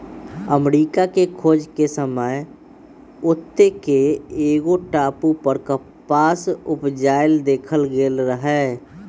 अमरिका के खोज के समय ओत्ते के एगो टापू पर कपास उपजायल देखल गेल रहै